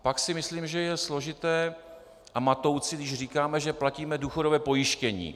Pak si myslím, že je složité a matoucí, když říkáme, že platíme důchodové pojištění.